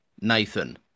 Nathan